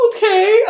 Okay